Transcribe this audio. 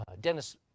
Dennis